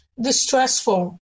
distressful